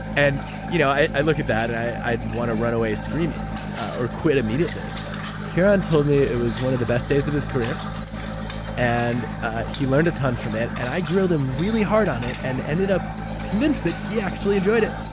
and you know i i look at that and i'd want to run away screaming or quit immediately kiran told me, it was one of the best days of his career and ah he learned a ton from it. and i grilled him really hard on it and ended up convinced that he actually enjoyed it.